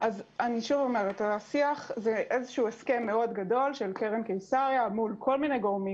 אני שוב אומרת שזה איזשהו הסכם גדול של קרן קיסריה מול כל מיני גורמים